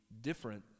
different